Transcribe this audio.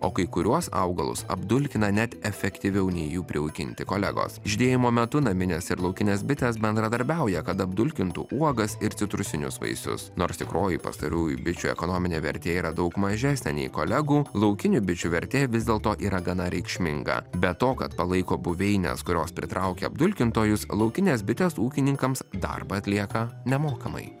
o kai kuriuos augalus apdulkina net efektyviau nei jų prijaukinti kolegos žydėjimo metu naminės ir laukinės bitės bendradarbiauja kad apdulkintų uogas ir citrusinius vaisius nors tikroji pastarųjų bičių ekonominė vertė yra daug mažesnė nei kolegų laukinių bičių vertė vis dėl to yra gana reikšminga be to kad palaiko buveines kurios pritraukia apdulkintojus laukinės bitės ūkininkams darbą atlieka nemokamai